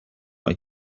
like